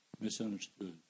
misunderstood